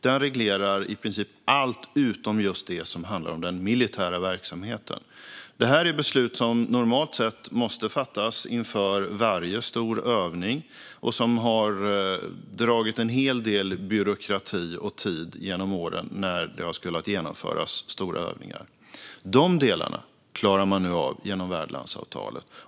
Det reglerar i princip allt utom just det som handlar om den militära verksamheten. Detta är beslut som normalt sett måste fattas inför varje stor övning och som har krävt en hel del byråkrati och tid genom åren. De delarna klarar man nu av genom värdlandsavtalet.